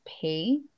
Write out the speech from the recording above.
pay